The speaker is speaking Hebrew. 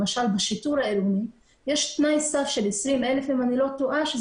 למשל בשיטור העירוני יש תנאי סף של 20,000 שזה